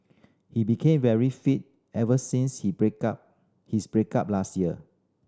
he became very fit ever since he break up his break up last year